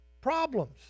problems